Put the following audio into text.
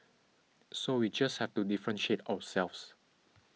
so we just have to differentiate ourselves